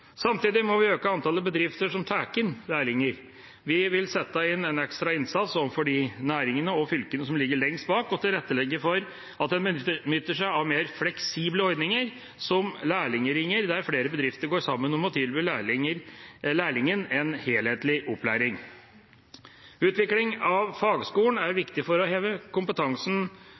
Samtidig må vi øke antallet bedrifter som tar inn lærlinger. Vi vil sette inn en ekstra innsats overfor de næringene og fylkene som ligger lengst bak, og tilrettelegge for at en benytter seg av mer fleksible ordninger, som lærling-ringer, der flere bedrifter går sammen om å tilby lærlingen en helhetlig opplærling. Utvikling av fagskolen er viktig for å heve kompetansen